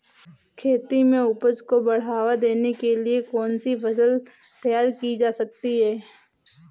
खेती में उपज को बढ़ावा देने के लिए कौन सी फसल तैयार की जा सकती है?